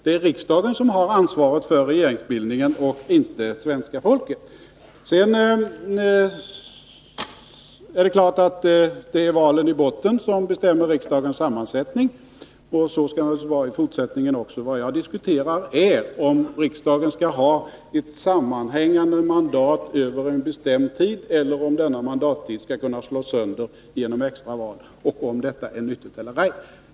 Det är riksdagen som har ansvaret för regeringsbildningen och inte svenska folket. Sedan är det klart att det i botten är valen som bestämmer riksdagens sammansättning, och så skall det naturligtvis vara i fortsättningen också. Vad jag diskuterar är om riksdagen skall ha ett sammanhängande mandat över en bestämd tid eller om denna mandattid skall kunna slås sönder genom extra val — och om detta är nyttigt eller ej.